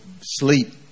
sleep